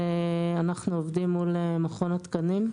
אנחנו עובדים מול מכון התקנים.